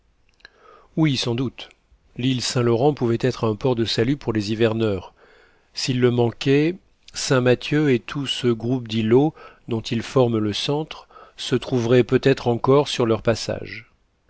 oui sans doute l'île saint-laurent pouvait être un port de salut pour les hiverneurs s'ils le manquaient saint mathieu et tout ce groupe d'îlots dont il forme le centre se trouveraient peut-être encore sur leur passage